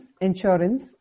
insurance